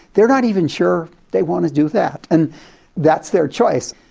they're not even sure they want to do that, and that's their choice.